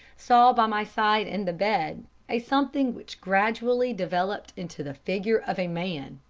saw by my side in the bed a something which gradually developed into the figure of a man,